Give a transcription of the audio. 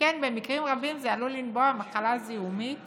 שכן במקרים רבים זה עלול לנבוע ממחלה זיהומית